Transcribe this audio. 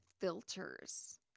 filters